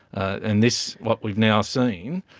and this, what we've now seen,